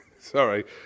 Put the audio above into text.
sorry